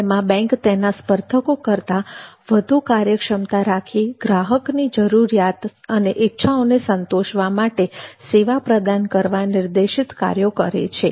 તેમાં બેંક તેના સ્પર્ધકો કરતાં વધુ કાર્યક્ષમતા રાખી ગ્રાહકની જરૂરિયાત અને ઈચ્છાઓને સંતોષવા માટે સેવા પ્રદાન કરવા નિર્દેશિત કાર્યો કરે છે